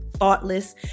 thoughtless